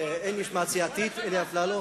אין משמעת סיעתית, אלי אפללו.